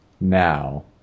now